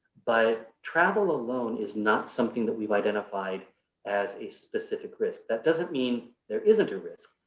but travel alone is not something that we've identified as a specific risk. that doesn't mean there isn't a risk.